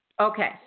Okay